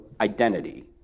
identity